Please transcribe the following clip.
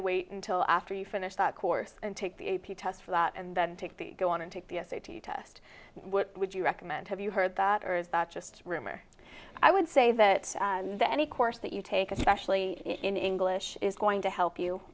to wait until after you finish the course and take the a p test for that and then take the go on and take the s a t test what would you recommend have you heard that or that just rumor i would say that that any course that you take especially in english is going to help you